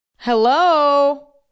Hello